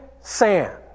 sand